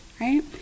right